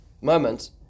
moment